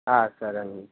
సరేనండి